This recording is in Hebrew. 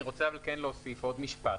אני רוצה להוסיף עוד משפט,